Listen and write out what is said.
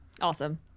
Awesome